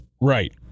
Right